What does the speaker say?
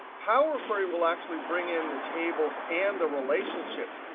power query will actually bring in the tables and the relationships.